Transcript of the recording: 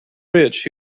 rich